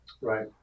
right